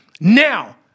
Now